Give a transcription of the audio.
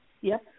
Yes